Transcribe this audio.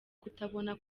kutabona